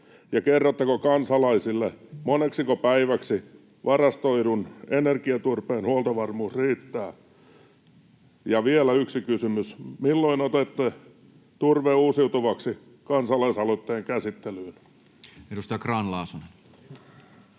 kerrotteko kansalaisille, moneksiko päiväksi varastoidun energiaturpeen huoltovarmuus riittää? Ja vielä yksi kysymys: milloin otatte Turve uusiutuvaksi ‑kansalaisaloitteen käsittelyyn? Edustaja Grahn-Laasonen.